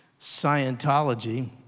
Scientology